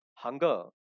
Hunger